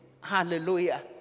Hallelujah